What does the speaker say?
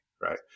right